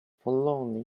forlornly